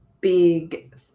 big